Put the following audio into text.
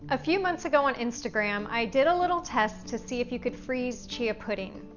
a few months ago on instagram i did a little test to see if you could freeze chia pudding.